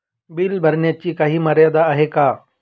Bill भरण्याची काही मर्यादा आहे का?